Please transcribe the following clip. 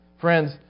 Friends